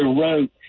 wrote